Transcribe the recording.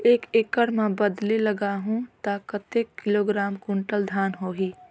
एक एकड़ मां बदले लगाहु ता कतेक किलोग्राम कुंटल धान होही?